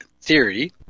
theory